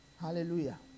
Hallelujah